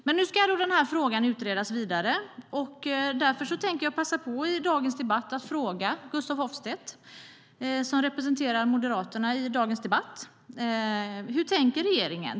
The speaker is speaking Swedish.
Men nu ska denna fråga utredas ytterligare, och därför tänker jag passa på att i dagens debatt fråga Gustaf Hoffstedt, som representerar Moderaterna i denna debatt: Hur tänker regeringen?